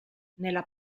nella